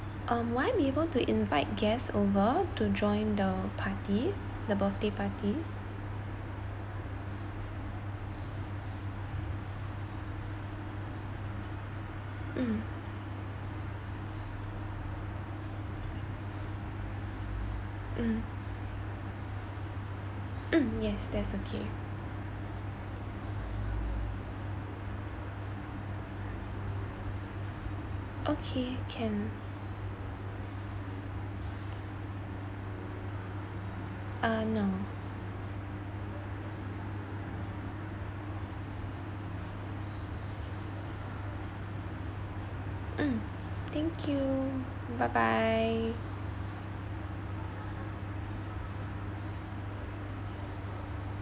um will I be able to invite guests over to join the party the birthday party mm mm mm yes that's okay okay can uh no mm thank you bye bye